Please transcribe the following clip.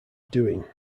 doing